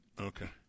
Okay